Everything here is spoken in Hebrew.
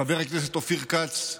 חבר הכנסת אופיר כץ,